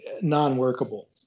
non-workable